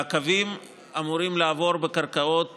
והקווים אמורים לעבור בקרקעות